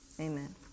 Amen